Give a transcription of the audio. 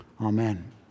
Amen